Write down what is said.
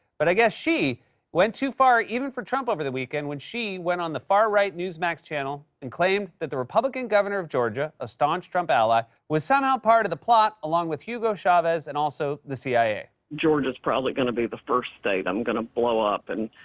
but i guess she went too far even for trump over the weekend when she went on the far-right newsmax channel and claimed that the republican governor of georgia, ah staunch trump ally, was somehow part of the plot along with hugo chavez and also the cia. georgia's probably going to be the first state i'm going to blow up, and